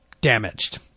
damaged